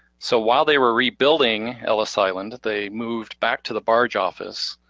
so while they were rebuilding ellis island, they moved back to the barge office